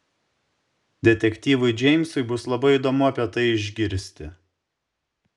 detektyvui džeimsui bus labai įdomu apie tai išgirsti